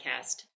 podcast